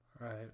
Right